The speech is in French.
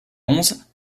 onze